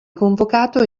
convocato